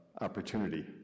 opportunity